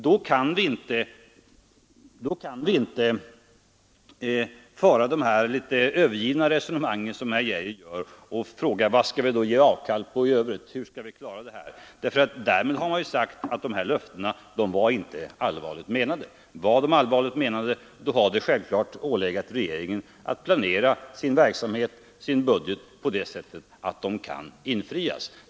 Då kan vi inte föra de litet övergivna resonemang som herr Geijer gör och fråga vad vi skall ge avkall på i övrigt. Därmed har man ju sagt att löftet inte var allvarligt menat. Var det allvarligt menat, har det självklart ålegat regeringen att planera sin budget på det sättet att löftet kan infrias.